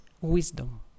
wisdom